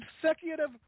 consecutive